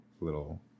little